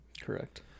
correct